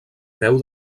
peu